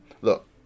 look